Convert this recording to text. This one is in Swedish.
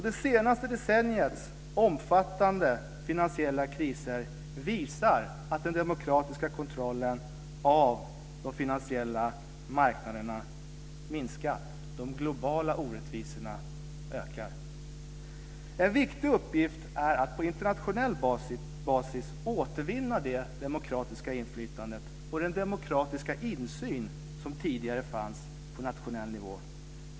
Det senaste decenniets omfattande finansiella kriser visar att den demokratiska kontrollen av de finansiella marknaderna har minskat. De globala orättvisorna ökar. En viktig uppgift är att på internationell basis återvinna det demokratiska inflytande och den demokratiska insyn som tidigare fanns på nationell nivå.